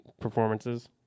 performances